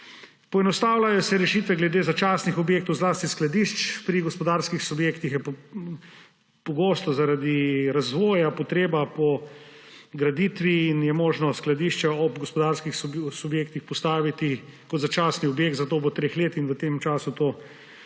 Poenostavljajo se rešitve glede začasnih objektov, zlasti skladišč. Pri gospodarskih subjektih je pogosto zaradi razvoja potreba po graditvi in je možno skladišče ob gospodarskih subjektih postaviti kot začasni objekt za dobo treh let in v tem času to tudi